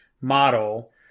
model